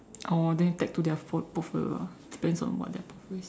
oh then tag to their fol~ portfolio ah depends on what their portfolio is